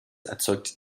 erzeugt